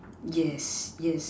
yes yes